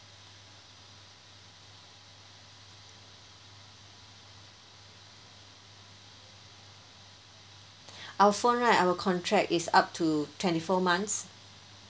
our phone right our contract is up to twenty four months